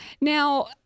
Now